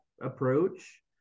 approach